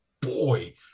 boy